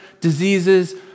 diseases